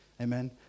amen